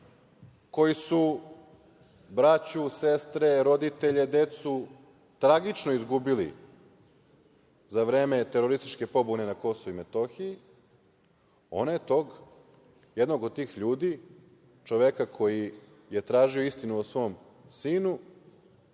koji su braću, sestre, roditelje, decu tragično izgubili za vreme terorističke pobune na Kosovu i Metohiji, ona je jednog od tih ljudi, čoveka koji je tražio istinu o svom sinu,